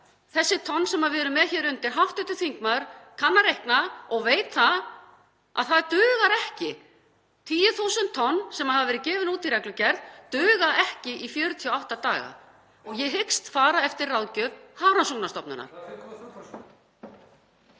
þessi tonn sem við erum með hér undir — hv. þingmaður kann að reikna og veit að það dugar ekki. 10.000 tonn sem hafa verið gefin út í reglugerð duga ekki í 48 daga og ég hyggst fara eftir ráðgjöf Hafrannsóknastofnunar.